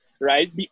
right